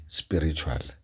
spiritual